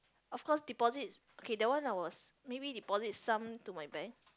of course deposit okay that one I was maybe deposit some to my bank